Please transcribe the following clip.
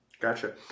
Gotcha